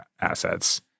assets